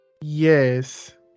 Yes